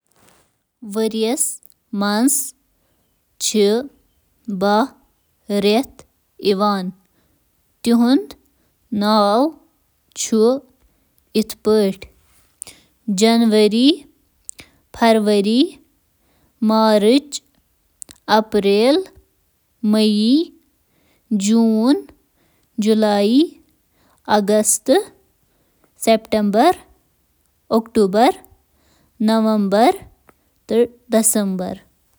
جنؤری پٮ۪ٹھٕ شُروٗع گَژھن وٲلۍ ؤرۍ یِکۍ باہ, رٮ۪تھ چھِ یِم: جنؤری، فرؤری، مارچ، اپریل، میی، جوٗن، جُلای، اگست، ستمبر، اکتوبر، نومبر تہٕ دسمبر۔